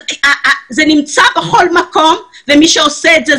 זה נמצא בכל מקום ומי שעושה את זה,